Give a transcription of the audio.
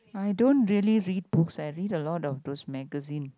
I don't really read books I read a lot of those magazine